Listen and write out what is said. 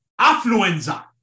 affluenza